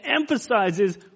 emphasizes